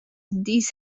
this